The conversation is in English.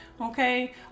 okay